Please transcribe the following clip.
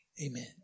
amen